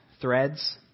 threads